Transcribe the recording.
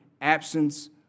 absence